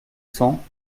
cents